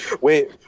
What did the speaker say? Wait